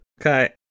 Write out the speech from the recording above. Okay